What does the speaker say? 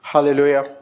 Hallelujah